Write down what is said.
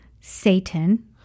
Satan